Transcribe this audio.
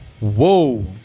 whoa